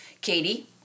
Katie